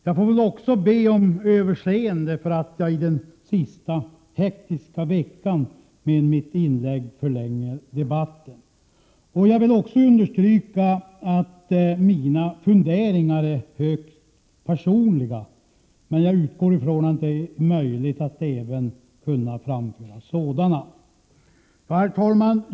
Jag får väl också be om överseende för att jag i den sista hektiska veckan med mitt inlägg förlänger debatten. Jag vill understryka att mina funderingar är högst personliga, men jag utgår från att det är möjligt att även kunna framföra sådana. Herr talman!